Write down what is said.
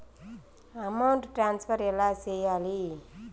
amount transfer ఎలా సేయాలి